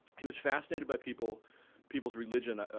he was fascinated by people people's religion.